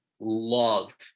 love